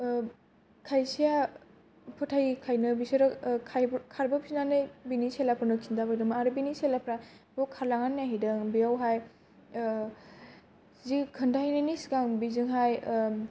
खायसेया फोथायिखायनो बिसोरो खारबोफिननानै बिनि सेलाफोरनो खिन्थाफैदोंमोन आरो बिनि सेलाफोरा बेवहाय खारलांनानै नायहैदों बेवहाय जि खोन्थाहैनायनि सिगां बेजोंहाय